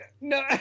No